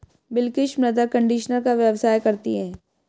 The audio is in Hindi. बिलकिश मृदा कंडीशनर का व्यवसाय करती है